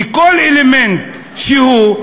בכל אלמנט שהוא,